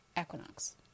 equinox